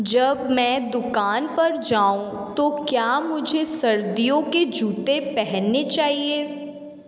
जब मैं दुकान पर जाऊँ तो क्या मुझे सर्दियों के जूते पहनने चाहिए